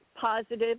positive